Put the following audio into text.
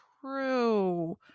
true